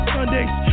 Sundays